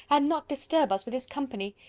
and not disturb us with his company.